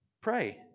Pray